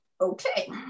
okay